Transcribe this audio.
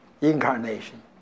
Incarnation